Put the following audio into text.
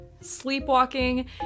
Sleepwalking